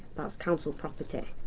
that's council property.